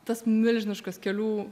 tas milžiniškas kelių